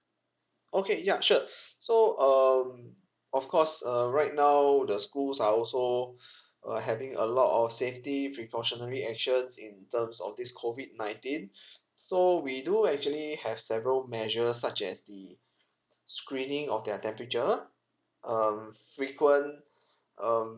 okay ya sure so um of course uh right now the schools are also uh having a lot of safety precautionary actions in terms of this COVID nineteen so we do actually have several measures such as the screening of their temperature um frequent um